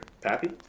Pappy